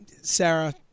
Sarah